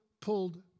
pulled